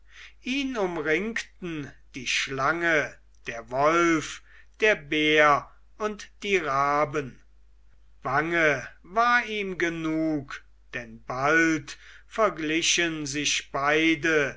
ihn umringten die schlange der wolf der bär und die raben bange war ihm genug denn bald verglichen sich beide